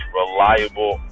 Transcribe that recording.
reliable